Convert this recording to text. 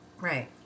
Right